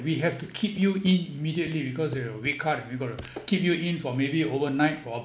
we have to keep you in immediately because of your weak heart we got to keep you in for maybe overnight for observation